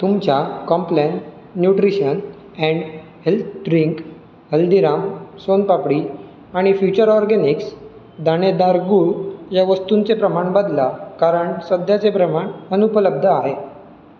तुमच्या Complan nutrition and health drink Haldiram soan papdi आणि Future Organics दाणेदार गूळ या वस्तूंचे प्रमाण बदला कारण सध्याचे प्रमाण अनुपलब्ध आहे